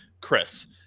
chris